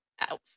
outfit